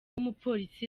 umupolisi